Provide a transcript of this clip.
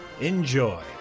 Enjoy